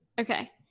okay